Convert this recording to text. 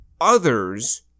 others